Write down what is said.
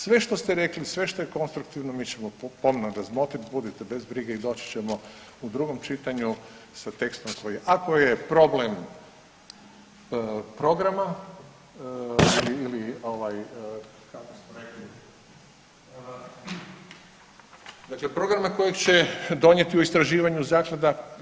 Sve što ste rekli, sve što je konstruktivno mi ćemo pomno razmotriti, budite bez brige i doći ćemo u drugom čitanju sa tekstom koji je ako je problem programa ili kako smo rekli, dakle programa kojeg će donijeti u istraživanju zaklada.